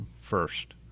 first